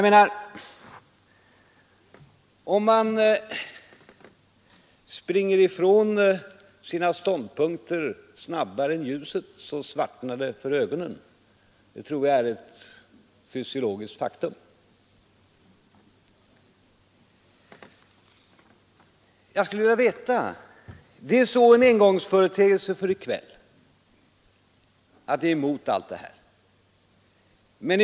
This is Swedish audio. Men om man springer ifrån sina ståndpunkter snabbare än ljuset, så svartnar det för ögonen. Det tror jag är ett fysiologiskt faktum. Det är alltså en engångsföreteelse för i kväll att ni är emot det som nu föreslås.